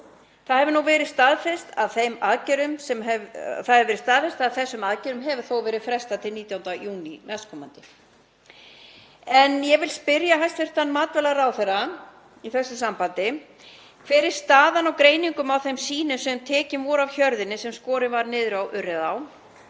Það hefur verið staðfest að þessum aðgerðum hefur þó verið frestað til 19. júní næstkomandi. Ég vil spyrja hæstv. matvælaráðherra í þessu sambandi: Hver er staðan í greiningum á þeim sýnum sem tekin voru af hjörðinni sem skorin var niður á Urriðaá?